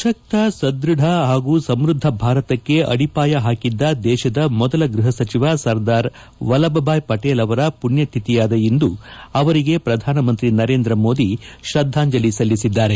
ಸಶಕ್ತ ಸದ್ಬಧ ಹಾಗೂ ಸಮ್ಬದ್ದ ಭಾರತಕ್ಕೆ ಅಡಿಪಾಯ ಹಾಕಿದ್ದ ದೇಶದ ಮೊದಲ ಗ್ವಹ ಸಚಿವ ಸರ್ದಾರ್ ವಲ್ಲಭಭಾಯಿ ಪಟೇಲ್ ಅವರ ಪುಣ್ಯತಿಥಿಯಾದ ಇಂದು ಅವರಿಗೆ ಪ್ರಧಾನಮಂತ್ರಿ ನರೇಂದ್ರ ಮೋದಿ ಶ್ರದ್ದಾಂಜಲಿ ಸಲ್ಲಿಸಿದ್ದಾರೆ